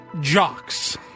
jocks